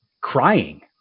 crying